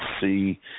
see